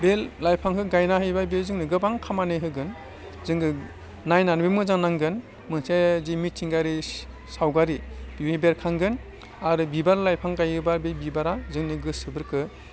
बे लाइफांखो गायनो हायोबा बे जोंनो गोबां खामानि होगोन जोङो नायनानैबो मोजां नांगोन मोनसे जे मिथिंगायारि सावगारि बिनि बेरखांगोन आरो बिबार लाइफां गायोबा बे बिबारा जोंनि गोसोफोरखौ